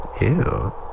Ew